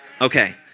Okay